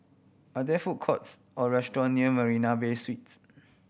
are there food courts or restaurant near Marina Bay Suites